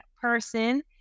person